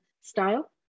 style